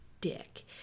dick